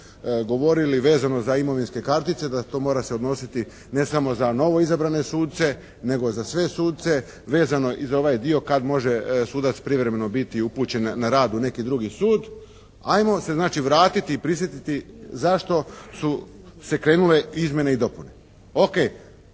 govorili vezano za imovinske kartice da to mora se odnositi ne samo za novo izabrane suce, nego za sve suce vezano i za ovaj dio kad može sudac privremeno biti upućen na rad u neki drugi sud. Hajmo se znači vratiti i prisjetiti zašto su se krenule izmjene i dopune.